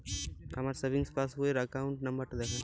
আমার সেভিংস পাসবই র অ্যাকাউন্ট নাম্বার টা দেখান?